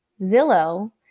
Zillow